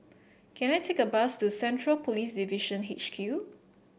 can I take a bus to Central Police Division H Q